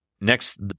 Next